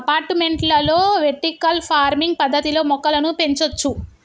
అపార్టుమెంట్లలో vertical farming పద్దతిలో మొక్కలను పెంచొచ్చు